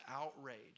outrage